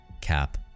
cap